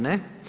Ne.